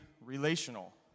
relational